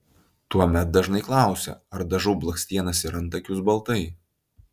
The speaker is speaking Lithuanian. tuomet dažnai klausia ar dažau blakstienas ir antakius baltai